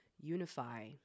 unify